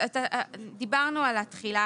דיברנו על התחילה,